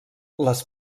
les